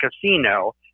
casino